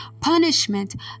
punishment